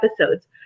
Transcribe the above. episodes